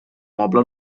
moble